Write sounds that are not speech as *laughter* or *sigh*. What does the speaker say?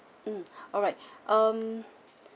mm *breath* alright *breath* um